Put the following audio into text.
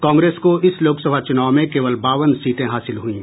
कांग्रेस को इस लोकसभा चुनाव में केवल बावन सीटें हासिल हुईं